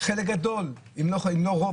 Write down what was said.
חלק גדול אם לא רוב,